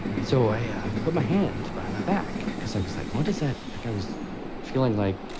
so i yeah put my hand behind my back, because i was like, what is that? like i was feeling, like.